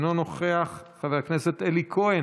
אינו נוכח, חבר הכנסת אלי כהן,